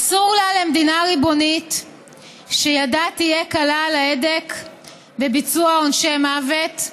אסור לה למדינה ריבונית שידה תהיה קלה על ההדק בביצוע עונשי מוות.